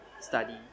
study